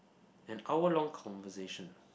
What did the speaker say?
an hour long conversation ah